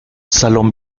salón